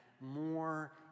more